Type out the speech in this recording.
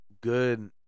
Good